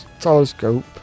telescope